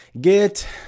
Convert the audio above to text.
get